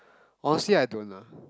honestly I don't lah